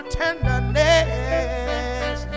tenderness